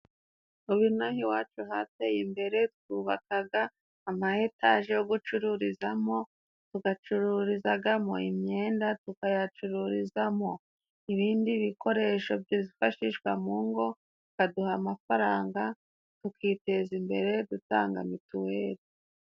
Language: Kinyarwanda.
Ubu naha iwacu hateye imbere twubaka ama etaje yo gucururizamo, tuyacururizamo imyenda, tukayacururizamo ibindi bikoresho byifashishwa mu ngo, aduha amafaranga tukiteza imbere dutanga mitiweli.